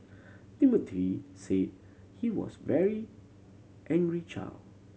Timothy said he was very angry child